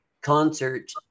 concert